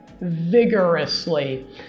vigorously